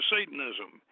Satanism